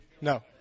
No